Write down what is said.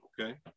okay